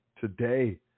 today